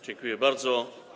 Dziękuję bardzo.